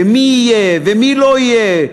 ומי יהיה ומי לא יהיה,